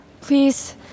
please